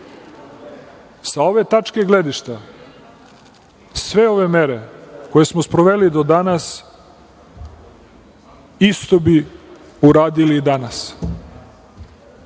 ove tačke gledišta, sve ove mere koje smo sproveli do danas, isto bi uradili i danas,